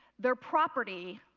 they're property.